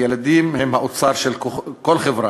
ילדים הם האוצר של כל חברה,